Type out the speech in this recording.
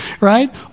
right